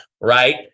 right